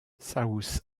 south